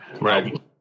Right